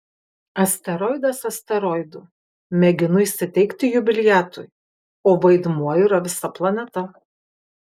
asteroidas asteroidu mėginu įsiteikti jubiliatui o vaidmuo yra visa planeta